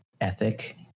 ethic